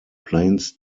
planes